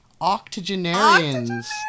Octogenarians